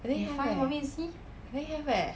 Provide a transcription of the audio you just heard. I think have eh I think have eh